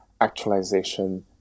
actualization